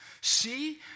See